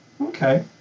Okay